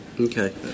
Okay